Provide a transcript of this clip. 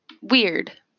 Weird